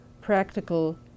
practical